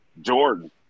Jordan